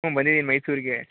ಹ್ಞೂ ಬಂದಿದೀನಿ ಮೈಸೂರಿಗೆ